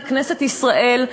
לכנסת ישראל,